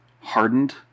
hardened